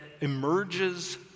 emerges